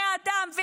כלא בני אדם.